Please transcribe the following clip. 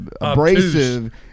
abrasive